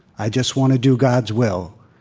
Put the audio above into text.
i just want to do god's will.